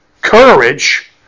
courage